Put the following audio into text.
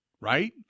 Right